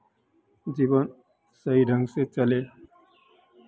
जीवन सही ढंग से चले